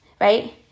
right